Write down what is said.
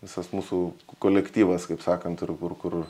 visas mūsų kolektyvas kaip sakant ir kur kur